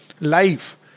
life